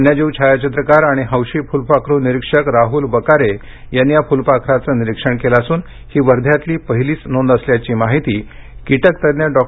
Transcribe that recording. वन्यजीव छायाचित्रकार आणि हौशी फुलपाखरु निरीक्षक राहुल वकारे यांनी या फुलपाखराचे निरीक्षण केले असून ही वध्यातील पहिलीच नोंद असल्याची माहिती किटकतज्ज्ञ डॉ